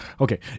Okay